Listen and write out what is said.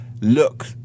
look